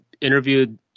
interviewed